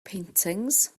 paintings